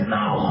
now